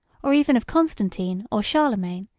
or even of constantine or charlemagne,